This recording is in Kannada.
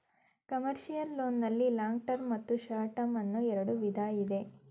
ಕಮರ್ಷಿಯಲ್ ಲೋನ್ ನಲ್ಲಿ ಲಾಂಗ್ ಟರ್ಮ್ ಮತ್ತು ಶಾರ್ಟ್ ಟರ್ಮ್ ಅನ್ನೋ ಎರಡು ವಿಧ ಇದೆ